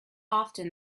often